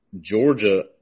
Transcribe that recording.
Georgia